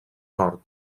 nord